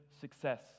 success